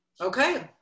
Okay